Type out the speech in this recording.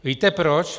Víte proč?